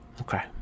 okay